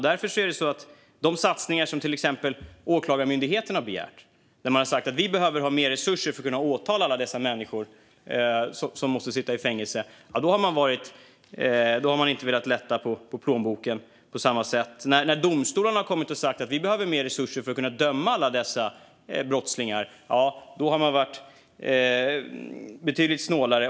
När till exempel Åklagarmyndigheten har begärt satsningar och sagt att man behöver mer resurser för att kunna åtala alla dessa människor som måste sitta i fängelse har regeringen inte velat öppna plånboken på samma sätt. När domstolarna har sagt att de behöver mer resurser för att kunna döma alla dessa brottslingar har man varit betydligt snålare.